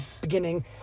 beginning